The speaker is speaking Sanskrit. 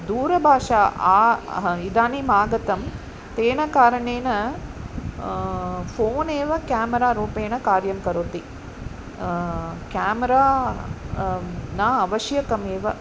दूरभाषा आ इदानीम् आगतं तेन कारणेन फ़ोन् एव क्यामरा रूपेण कार्यं करोति क्यामरा न आवश्यकम् एव